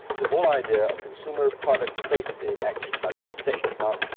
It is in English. the whole idea of consumer product safety action by the state. now,